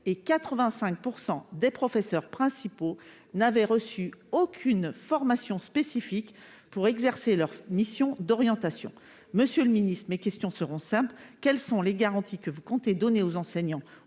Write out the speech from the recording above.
et 85 % des professeurs principaux n'avaient reçu aucune formation spécifique pour exercer leur mission d'orientation. Monsieur le ministre, mes questions sont simples : quelles garanties comptez-vous donner aux enseignants,